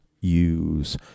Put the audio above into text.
Use